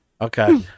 Okay